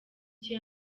cye